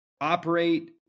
operate